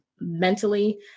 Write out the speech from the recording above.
mentally